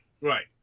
right